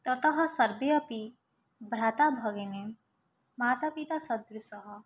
ततः सर्वे अपि भ्रातृभगिनीमातापितृसदृशाः